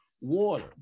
water